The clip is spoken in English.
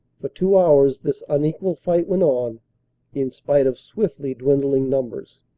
for two hours this unequal fight went on in spite of swiftly dwindling numbers.